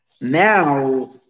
Now